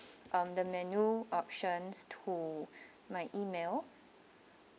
um the menu options to my email